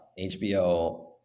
HBO